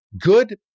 good